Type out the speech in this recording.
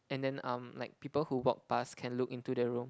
and then um like people who walk past can look into the room